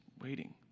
waiting